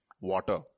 Water